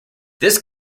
this